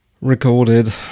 recorded